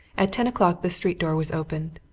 at ten o'clock the street door was opened.